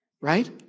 Right